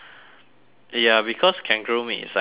ya because kangaroo meat is like tough